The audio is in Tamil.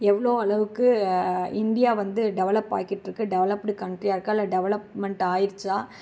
எவ்வளோ அளவுக்கு இந்தியா வந்து டெவலப் ஆகிக்கிட்டு இருக்குது டெவலப்டு கன்ட்ரியாக இருக்கா இல்லை டெவலப்மெண்ட் ஆயிடுச்சா